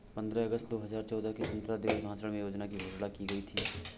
पन्द्रह अगस्त दो हजार चौदह को स्वतंत्रता दिवस भाषण में योजना की घोषणा की गयी थी